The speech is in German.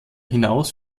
hinaus